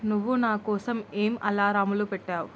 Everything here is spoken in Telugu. నువ్వు నా కోసం ఏం అలారములు పెట్టావు